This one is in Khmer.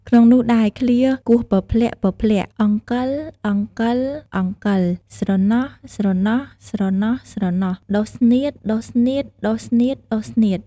ក្នុងនោះដែរឃ្លា «គោះពព្លាក់ៗៗ អង្កិលៗៗៗ ស្រណោះៗៗៗ ដុះស្នៀតៗៗៗ» ។